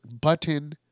button